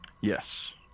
Yes